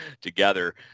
together